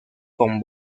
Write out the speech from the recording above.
con